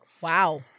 Wow